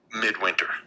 midwinter